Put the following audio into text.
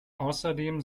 außerdem